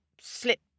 slip